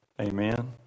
Amen